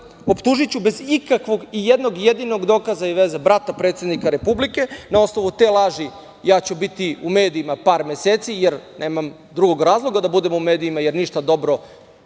optužiću bez ikakvog i jednog jedinog dokaza i veze brata predsednika Republike, na osnovu te laži ja ću biti u medijima par meseci, jer nemam drugog razloga da budem u medijima, jer ništa dobro